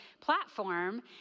platform